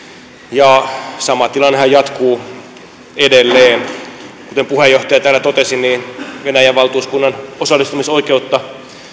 ja sama tilannehan jatkuu edelleen kuten puheenjohtaja täällä totesi venäjän valtuuskunnan osallistumisoikeutta